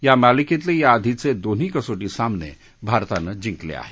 या मालिकेतले या आधीचे दोन्ही कसोटी सामने भारताने जिंकले आहेत